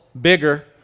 bigger